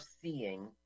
seeing